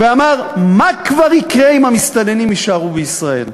ואמר: מה כבר יקרה אם המסתננים יישארו בישראל?